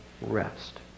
rest